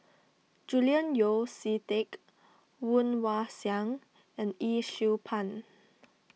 Julian Yeo See Teck Woon Wah Siang and Yee Siew Pun